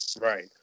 Right